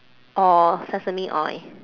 or sesame oil